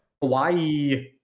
Hawaii